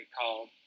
called